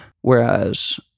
Whereas